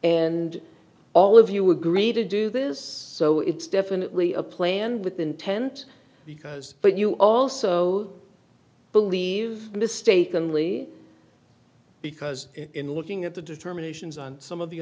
and all of you agree to do this so it's definitely a plan with intent because but you also believe mistakenly because in looking at the determinations on some of the